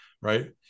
right